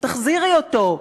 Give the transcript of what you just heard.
תחזירי אותו.